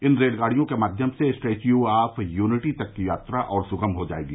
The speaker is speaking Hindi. इन रेलगाड़ियों के माध्यम से स्टैच्यू ऑफ़ यूनिटी तक की यात्रा और सुगम हो जाएगी